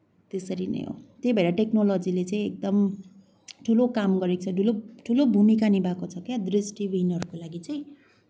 त्यसरी नै हो त्यही भएर टेक्नोलोजीले चाहिँ एकदम ठुलो काम गरेको छ ठुलो ठुलो भूमिका निभाएको छ क्या दृष्टिविहीनहरूको लागि चाहिँ